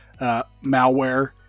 malware